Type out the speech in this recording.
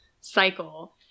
cycle